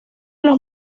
los